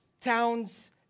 towns